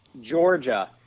Georgia